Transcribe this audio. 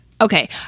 okay